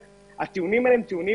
הטיעונים הללו הם טיעונים